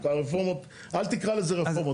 את הרפורמות, אל תקרא לזה רפורמות.